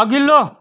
अघिल्लो